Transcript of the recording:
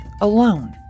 alone